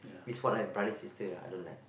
this what I brother sister ah I don't like